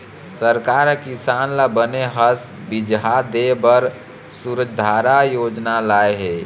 सरकार ह किसान ल बने असन बिजहा देय बर सूरजधारा योजना लाय हे